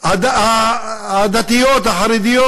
הדתיות החרדיות?